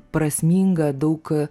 prasmingą daug